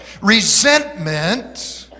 Resentment